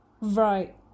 Right